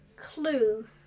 clue